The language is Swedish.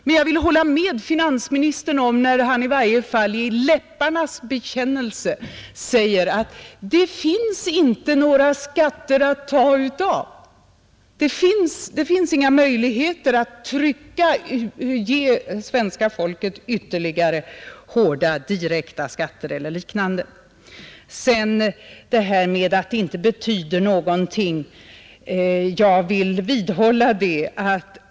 Men jag vill hålla med finansministern när han — i varje fall i en läpparnas bekännelse — säger att det inte finns några möjligheter att pressa svenska folket ytterligare med hårda direkta skatter eller liknande. Jag återkommer till herr Brandts påstående att annonsskatten inte betyder någonting som kan förändra konkurrensförutsättningarna.